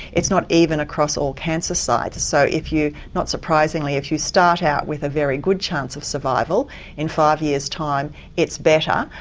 it's not even across all cancer sites so if not not surprisingly if you start out with a very good chance of survival in five years time it's better,